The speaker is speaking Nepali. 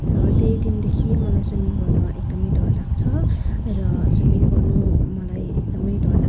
र त्यही दिनदेखि मलाई स्विमिङ गर्न एकदमै डर लाग्छ र स्विमिङ गर्नु मलाई एकदमै डर लाग्छ